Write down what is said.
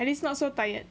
at least not so tired